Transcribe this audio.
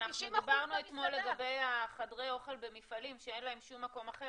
אנחנו דיברנו אתמול לגבי חדרי אוכל במפעלים שאין להם שום מקום אחר,